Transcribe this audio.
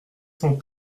sans